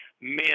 men